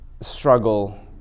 struggle